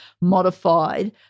modified